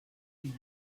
mai